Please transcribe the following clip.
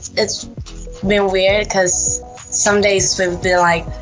it's been weird cause some days we've been like,